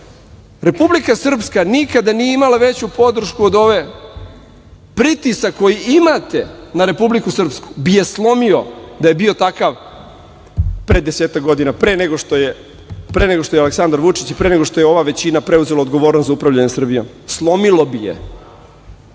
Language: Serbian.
Republika Srpska nikada nije imala veću podršku od ove. Pritisak koji imate na Republiku Srpsku bi je slomio da je bio takav pre desetak godina, pre nego što je Aleksandar Vučić i pre nego što je ova većina preuzela odgovornost za upravljanje Srbijom. Slomilo bi